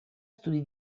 studi